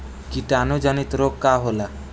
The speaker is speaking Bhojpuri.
कीटाणु जनित रोग का होला?